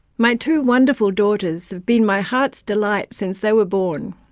my two wonderful daughters have been my heart's delight since they were born.